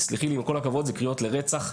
אלה קריאות לרצח,